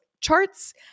charts